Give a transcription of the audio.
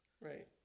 Right